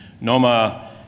NOMA